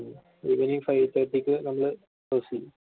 evening five തേർട്ടിക്ക് നമ്മള് close ചെയ്യും